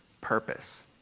purpose